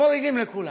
מורידים לכולם.